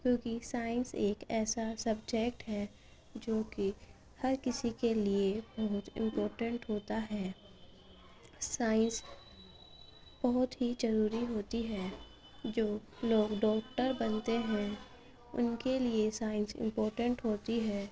کیونکہ سائنس ایک ایسا سبجیکٹ ہے جو کہ ہر کسی کے لیے بہت امپورٹینٹ ہوتا ہے سائنس بہت ہی ضروری ہوتی ہے جو لوگ ڈاکٹر بنتے ہیں ان کے لیے سائنس امپورٹینٹ ہوتی ہے